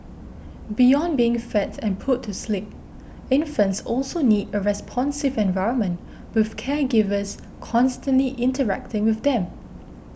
beyond being fed and put to sleep infants also need a responsive environment with caregivers constantly interacting with them